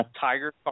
tiger